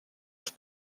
els